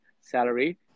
salary